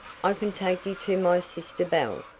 i can take you to my sister belle.